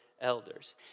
elders